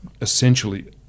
essentially